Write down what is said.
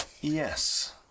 Yes